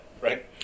Right